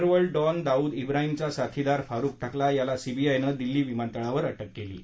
underworld don Dawood ब्राहिमचा साथीदार फारुख कला याला सीबीआयनं दिल्ली विमानतळावर अ क्र केली आहे